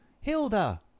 Hilda